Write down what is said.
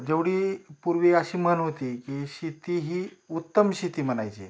जेवढी पूर्वी अशी म्हण होती की शेती ही उत्तम शेती म्हणायचे